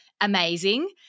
amazing